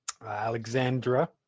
Alexandra